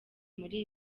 muri